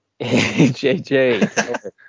JJ